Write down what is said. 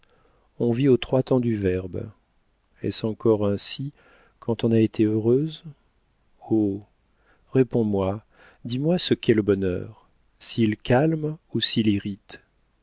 on vit aux trois temps du verbe est-ce encore ainsi quand on a été heureuse oh réponds-moi dis-moi ce qu'est le bonheur s'il calme ou s'il irrite